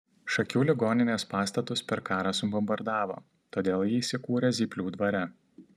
šakių ligoninės pastatus per karą subombardavo todėl ji įsikūrė zyplių dvare